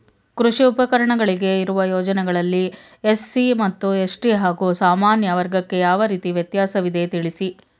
ಕೃಷಿ ಉಪಕರಣಗಳಿಗೆ ಇರುವ ಯೋಜನೆಗಳಲ್ಲಿ ಎಸ್.ಸಿ ಮತ್ತು ಎಸ್.ಟಿ ಹಾಗೂ ಸಾಮಾನ್ಯ ವರ್ಗಕ್ಕೆ ಯಾವ ರೀತಿ ವ್ಯತ್ಯಾಸವಿದೆ ತಿಳಿಸಿ?